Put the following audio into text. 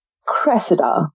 Cressida